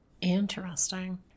Interesting